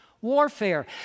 warfare